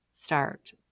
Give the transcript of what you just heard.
start